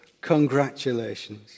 Congratulations